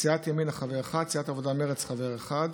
סיעת ימינה, חבר אחד, סיעת העבודה-מרצ, חבר אחד.